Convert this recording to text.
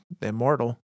immortal